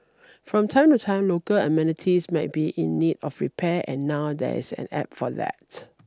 from time to time local amenities might be in need of repair and now there's an App for that